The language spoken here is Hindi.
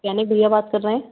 कैनिक भैया बात कर रहे हैं